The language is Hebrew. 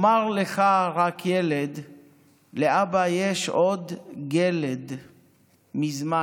// אומר לך רק, ילד / לאבא יש עוד גלד / מזמן,